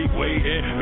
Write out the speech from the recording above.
waiting